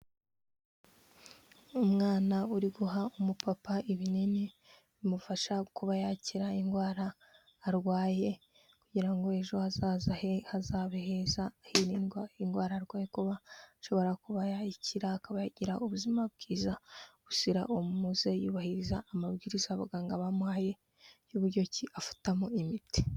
Umwana uri guha umupapa ibinini bimufasha kuba yakira indwara arwaye. Kugira ngo ejo hazaza he hazabe heza, hirindwa indwara arwaye kuba ashobora kuba yayikira akaba yagira ubuzima bwiza buzira umuze, yubahiriza amabwiriza abaganga bamuhaye y'uburyo ki afatamo imiti.